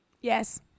Yes